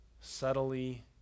subtly